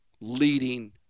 leading